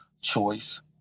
choice